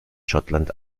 schottland